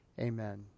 Amen